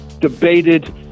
debated